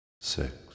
Six